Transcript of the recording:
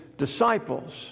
disciples